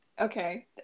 okay